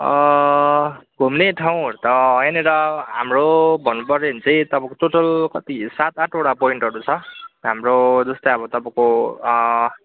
घुम्ने ठाउँहरू त यहाँनिर हाम्रो भन्नुपऱ्यो भने चाहिँ तपाईँको टोटल कति सात आठवटा पोइन्टहरू छ हाम्रो जस्तै अब तपाईँको